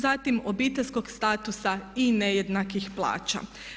Zatim obiteljskog statusa i nejednakih plaća.